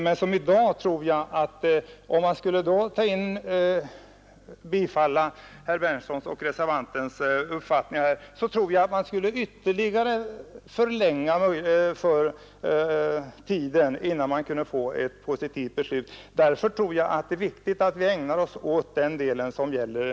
Men om vi i dag skulle bifalla herr Berndtsons och reservanternas förslag tror jag att vi skulle förlänga tiden ytterligare innan vi får ett positivt beslut. Därför tror jag det är viktigt att vi ägnar oss åt kanalens västgötadel.